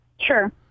Sure